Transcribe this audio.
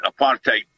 apartheid